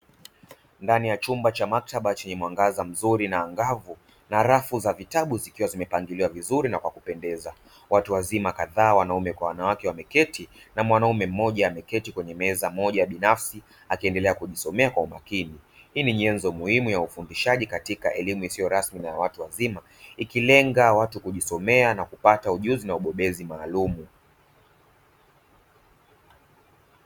Ndani ya chumba cha maktaba chenye mwangaza mzuri na angavu na rafu za vitabu zikiwa zimepangiliwa vizuri na kwa kupendeza. Watu wazima kadhaa wanaume kwa wanawake wameketi na mwanaume mmoja ameketi kwenye meza moja binafsi akiendelea kujisomea kwa umakini. Hii ni nyenzo muhimu ya ufundishaji katika elimu isiyo rasmi na ya watu wazima, ikilenga watu kujisomea na kupata ujuzi na ubobezi maalumu.